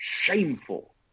Shameful